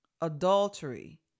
adultery